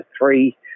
three